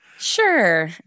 Sure